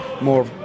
more